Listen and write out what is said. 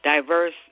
diverse